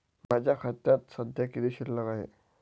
माझ्या खात्यात सध्या किती शिल्लक आहे?